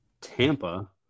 Tampa